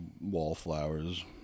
wallflowers